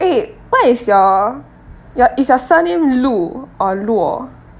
eh what is your your is your surname lu or luo